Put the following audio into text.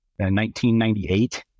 1998